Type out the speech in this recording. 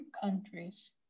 countries